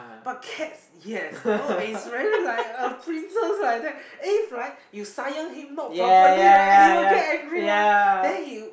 but cats yes oh it's really like a princess like that if like you sayang him not properly right he will get angry one then he